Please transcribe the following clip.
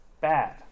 Bad